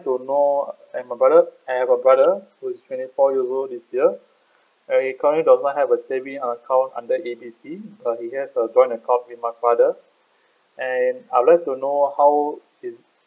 to know and my brother I have a brother who is twenty four years old this year and he currently does not have a saving account under A B C but he has a joint account with my father and I would like to know how is